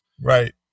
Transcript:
Right